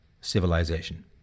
civilization